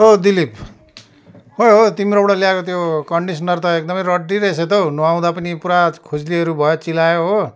औ दिलिप खै हौ तिम्रोबाट ल्याएको त्यो कन्डिसनर त एकदमै रड्डी रहेछ त हौ नुहाउँदा पनि पुरा खुजुलीहरू भयो चिलायो हो